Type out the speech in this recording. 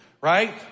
right